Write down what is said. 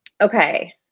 Okay